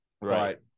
Right